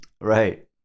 Right